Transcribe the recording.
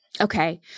Okay